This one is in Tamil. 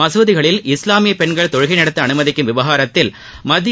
மசூதிகளில் இஸ்லாமிய பெண்கள் தொழுகை நடத்த அனுமதிக்கும் விவனரத்தில் மத்திய